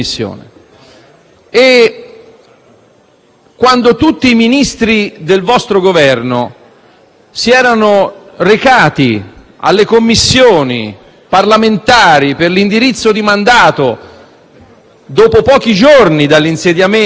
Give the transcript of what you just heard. quando tutti i Ministri del vostro Governo si sono recati alle Commissioni parlamentari per l'indirizzo di mandato dopo pochi giorni dall'insediamento del Governo, lei